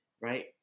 right